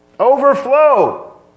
overflow